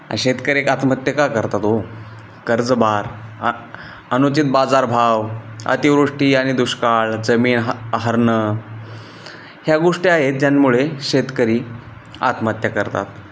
शेतकरी एक आत्महत्या का करतात हो कर्जभार आ अनुचित बाजारभाव अतिवृष्टी आणि दुष्काळ जमीन ह हरणं ह्या गोष्टी आहेत ज्यांमुळे शेतकरी आत्महत्या करतात